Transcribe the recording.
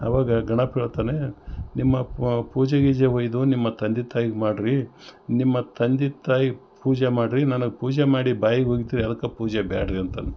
ಅವಾಗ ಗಣಪ ಹೇಳ್ತಾನೆ ನಿಮ್ಮ ಪೂಜೆ ಗೀಜೆ ಒಯ್ದು ನಿಮ್ಮ ತಂದೆ ತಾಯಿಗೆ ಮಾಡ್ರಿ ನಿಮ್ಮ ತಂದೆ ತಾಯಿಗೆ ಪೂಜೆ ಮಾಡ್ರಿ ನನಗೆ ಪೂಜೆ ಮಾಡಿ ಬಾವಿಗ್ ಒಗಿತೀರಿ ಅದಕ್ಕೆ ಪೂಜೆ ಬೇಡ್ರಿ ಅಂತಂದು